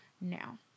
now